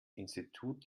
institut